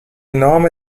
nome